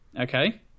Okay